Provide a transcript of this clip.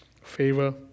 Favor